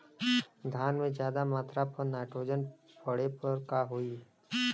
धान में ज्यादा मात्रा पर नाइट्रोजन पड़े पर का होई?